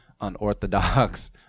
unorthodox